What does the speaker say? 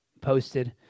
posted